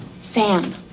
Sam